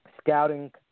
scouting